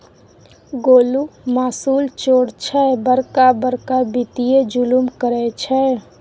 गोलु मासुल चोर छै बड़का बड़का वित्तीय जुलुम करय छै